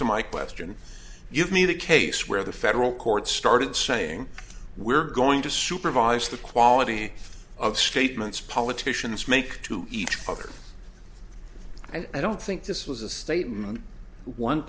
to my question give me the case where the federal court started saying we're going to supervise the quality of statements politicians make to each other i don't think this was a statement one